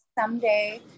Someday